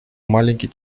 маленький